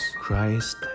Christ